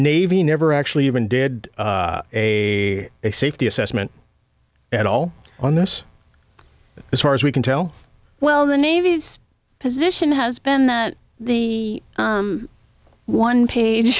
navy never actually even did a safety assessment at all on this as far as we can tell well the navy's position has been that the one page